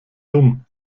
dumm